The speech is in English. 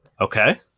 Okay